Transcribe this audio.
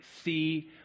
see